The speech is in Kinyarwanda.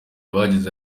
bagize